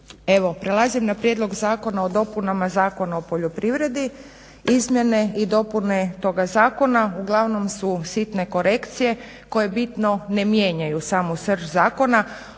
prelazim na prijedlog zakona o dopunama Zakona o poljoprivrede. Izmjene i dopune toga zakona uglavnom su sitne korekcije koje bitno ne mijenjaju samu srž zakona